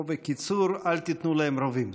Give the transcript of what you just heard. או בקיצור, אל תיתנו להם רובים.